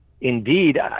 Indeed